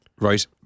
right